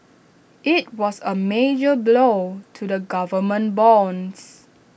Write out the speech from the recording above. IT was A major blow to the government bonds